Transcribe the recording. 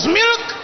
milk